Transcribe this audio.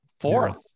Fourth